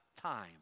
time